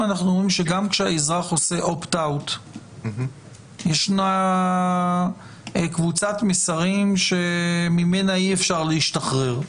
גם כשהאזרח עושה אופט אאוט יש קבוצת מסרים שממנה אי אפשר להשתחרר.